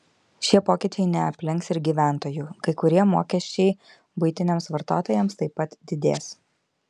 šie pokyčiai neaplenks ir gyventojų kai kurie mokesčiai buitiniams vartotojams taip pat didės